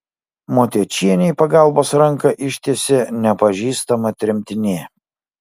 motiečienei pagalbos ranką ištiesė nepažįstama tremtinė